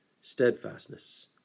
steadfastness